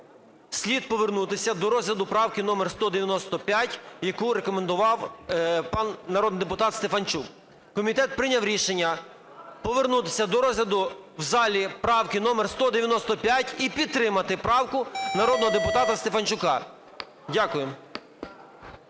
слід повернутися до розгляду правки номер 195, яку рекомендував пан… народний депутат Стефанчук. Комітет прийняв рішення повернутися до розгляду в залі правки номер 195 і підтримати правку народного депутата Стефанчука. Дякуємо.